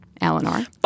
Eleanor